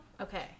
Okay